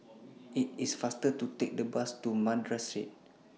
IT IS faster to Take The Bus to Madras Street